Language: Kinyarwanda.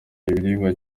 ibiribwa